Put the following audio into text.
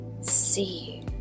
see